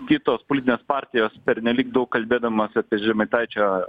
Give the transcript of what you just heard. kitos politinės partijos pernelyg daug kalbėdamos apie žemaitaičio